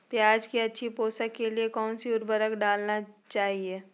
प्याज की अच्छी पोषण के लिए कौन सी उर्वरक डालना चाइए?